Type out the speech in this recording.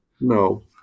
No